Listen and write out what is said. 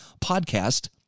podcast